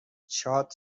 چاد